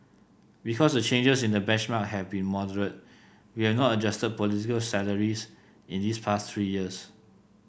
because the changes in the benchmark have been moderate we have not adjusted political salaries in these past three years